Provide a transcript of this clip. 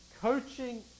coaching